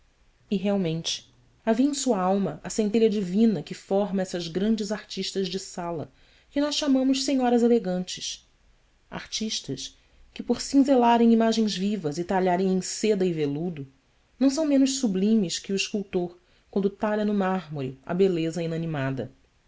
e realmente havia em sua alma a centelha divina que forma essas grandes artistas de sala que nós chamamos senhoras elegantes artistas que por cinzelarem imagens vivas e talharem em seda e veludo não são menos sublimes que o escultor quando talha no mármore a beleza inanimada